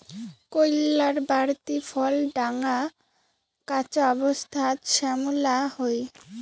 কইল্লার বাড়তি ফল ঢাঙা, কাঁচা অবস্থাত শ্যামলা হই